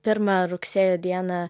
pirmą rugsėjo dieną